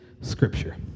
scripture